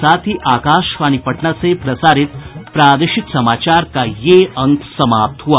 इसके साथ ही आकाशवाणी पटना से प्रसारित प्रादेशिक समाचार का ये अंक समाप्त हुआ